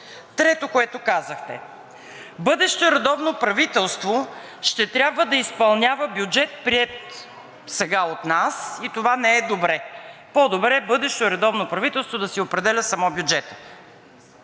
Третото, което казахте, бъдещо редовно правителство ще трябва да изпълнява бюджет, приет сега от нас, и това не е добре. По-добре е бъдещо редовно правителство да си определя само бюджета.